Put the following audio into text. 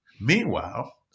meanwhile